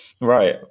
Right